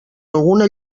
alguna